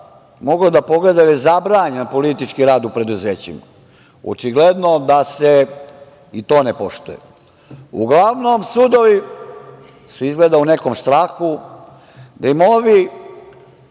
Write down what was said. možda da pogleda, jer je zabranjen politički rad u preduzećima. Očigledno da se i to ne poštuje. Uglavnom, sudovi su izgleda u nekom strahu da im ovi